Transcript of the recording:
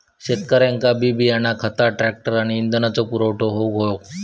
शेतकऱ्यांका बी बियाणा खता ट्रॅक्टर आणि इंधनाचो पुरवठा होऊक हवो